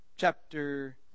Chapter